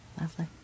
Lovely